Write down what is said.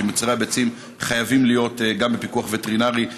שמוצרי הביצים חייבים להיות גם בפיקוח וטרינרי,